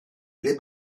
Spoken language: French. les